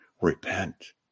repent